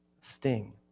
sting